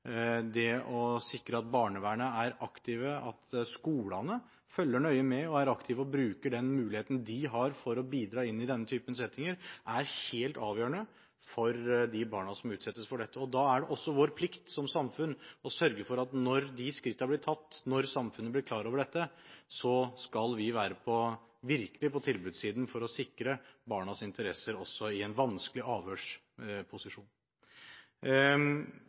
Det å sikre at barnevernet er aktivt, at skolene følger nøye med, er aktive og bruker den muligheten de har for å bidra inn i denne typen settinger, er helt avgjørende for de barna som utsettes for dette. Da er det også vår plikt som samfunn å sørge for at når de skrittene blir tatt, når samfunnet blir klar over dette, skal vi virkelig være på tilbudssiden for å sikre barnas interesser, også i en vanskelig